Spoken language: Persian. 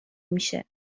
میشه